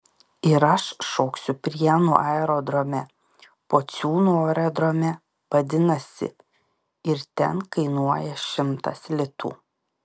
ir aš šoksiu prienų aerodrome pociūnų aerodrome vadinasi ir ten kainuoja šimtas litų